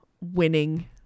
winning